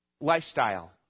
lifestyle